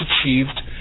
achieved